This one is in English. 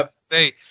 say